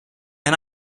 and